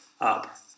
up